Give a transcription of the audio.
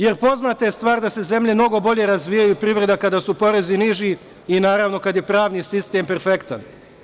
Jer, poznata je stvar da se zemlje mnogo bolje razvijaju, privreda, kada su porezi niži i, naravno, kad je pravni sistem perfektan.